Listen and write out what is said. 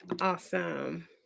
Awesome